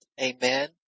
Amen